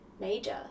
major